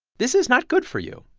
this is not good for you.